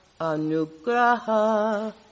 anugraha